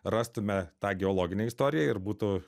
rastume tą geologinę istoriją ir būtų